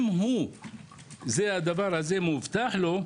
אם הדבר הזה מובטח לו,